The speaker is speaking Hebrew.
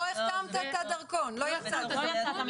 לא החתמת את הדרכון, לא יצאת.